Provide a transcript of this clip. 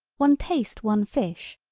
one taste one fish,